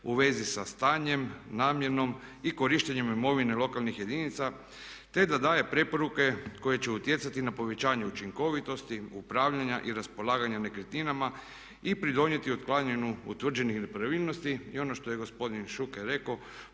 u vezi sa stanjem, namjenom i korištenjem imovine lokalnih jedinica, te da daje preporuke koje će utjecati na povećanje učinkovitosti upravljanja i raspolaganja nekretninama i pridonijeti otklanjanju utvrđenih nepravilnosti. I ono što je gospodin Šuker rekao